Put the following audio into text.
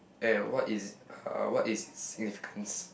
and what is uh what is it's significance